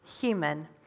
human